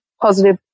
positive